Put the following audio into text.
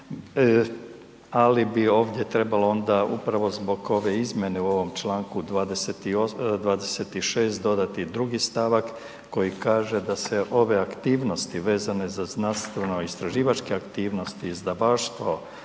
ali bi ovdje trebalo ona upravo zbog ove izmjene u ovom Članku 26. dodati drugi stavak koji kaže da se ove aktivnosti vezane za znanstveno istraživačke aktivnosti, izdavaštvo,